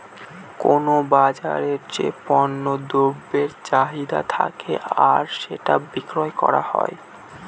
কোনো বাজারে যে পণ্য দ্রব্যের চাহিদা থাকে আর সেটা বিক্রি করা হয়